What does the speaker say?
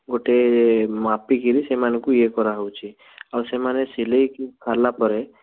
ଗୋଟେ ମାପି କରି ସେମାନଙ୍କୁ ଇଏ କରାହେଉଛି ଆଉ ସେମାନେ ସିଲାଇ ହେଲା ପରେ